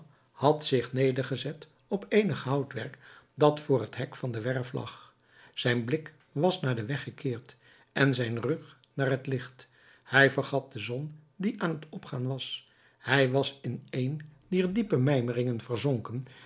had zich neergezet op eenig houtwerk dat voor het hek van een werf lag zijn blik was naar den weg gekeerd en zijn rug naar het licht hij vergat de zon die aan t opgaan was hij was in een dier diepe mijmeringen verzonken